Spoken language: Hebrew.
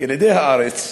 ילידי הארץ,